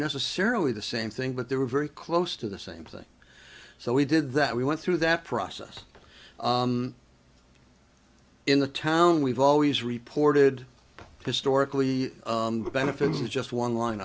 necessarily the same thing but they were very close to the same thing so we did that we went through that process in the town we've always reported historically the benefit is just one line